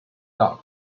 done